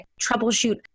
troubleshoot